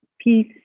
peace